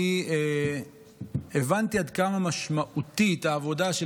אני הבנתי עד כמה משמעותית העבודה של